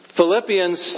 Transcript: Philippians